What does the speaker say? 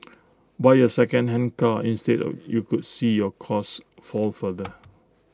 buy A second hand car instead of you could see your costs fall further